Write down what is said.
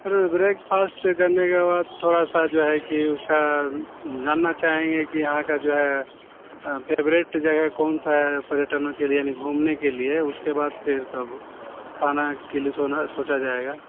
سر breakfast کرنے کے بعد تھوڑا سا جو ہے کہ اس کا جاننا چاہیں گے کہ یہاں کا جو ہے فیورٹ جگہ کون سا ہے پریٹنوں کے لیے یعنی گھومنے کے لیے اس کے بعد پھر تب کھانا کے لیے سونا سوچا جائے گا